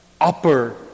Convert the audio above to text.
upper